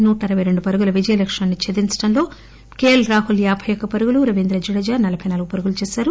నూట అరపై రెండు పరుగుల విజయ లక్ష్యాన్ని ఛేదించడంలో కేఎల్ రాహుల్ యాబై యొక్క పరుగులు రవీంద్ర జడేజా నలబై నాలుగు పరుగులు చేశారు